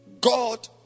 God